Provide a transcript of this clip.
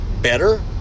better